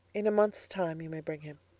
in a month's time you may bring him.